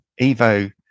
Evo